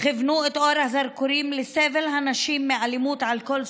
כיוונו את אור הזרקורים לסבל הנשים מאלימות על כל סוגיה,